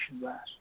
last